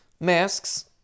masks